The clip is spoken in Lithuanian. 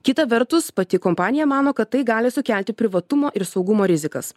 kita vertus pati kompanija mano kad tai gali sukelti privatumo ir saugumo rizikas